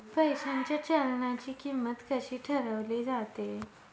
पैशाच्या चलनाची किंमत कशी ठरवली जाते